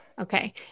Okay